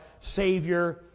Savior